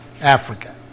Africa